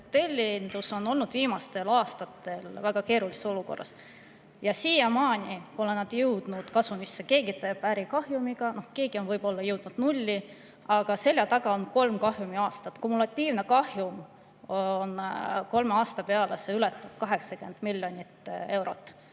hotellindus on olnud viimastel aastatel väga keerulises olukorras ja siiamaani pole see jõudnud kasumisse. Keegi teeb äri kahjumiga, keegi võib-olla on jõudnud nulli, aga selja taga on kolm kahjumiaastat. Kumulatiivne kahjum kolme aasta peale ületab 80 miljonit eurot.